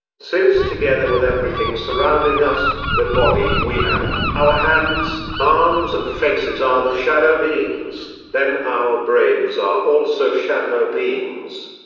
since together with everything surrounding us, the body we have, our hands, arms and faces are the shadow beings, then our brains are also shadow beings.